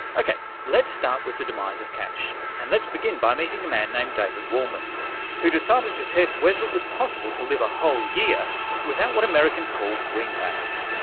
okay, let's start with the demise of cash and let's begin by meeting a man named david wolman who decided to test whether it was possible to live a whole year without what americans call greenbacks.